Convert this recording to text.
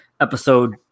episode